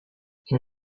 این